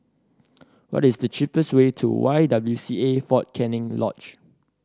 what is the cheapest way to Y W C A Fort Canning Lodge